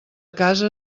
casa